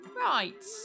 Right